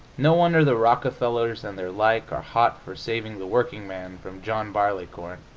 no wonder the rockefellers and their like are hot for saving the workingman from john barleycorn!